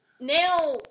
Now